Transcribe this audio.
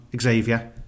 Xavier